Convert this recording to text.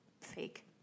fake